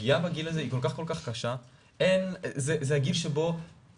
הפגנות של אלפי תלמידים שעוד יתעצמו עם הזמן ויש מפגשים ואומרים,